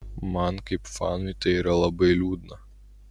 man kaip fanui tai yra labai liūdna